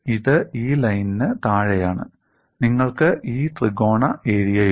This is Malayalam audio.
ഇത് ഈ ലൈനിന് താഴെയാണ് നിങ്ങൾക്ക് ഈ ത്രികോണ ഏരിയയുണ്ട്